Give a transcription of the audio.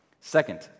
Second